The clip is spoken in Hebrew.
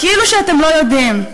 כאילו שאתם לא יודעים.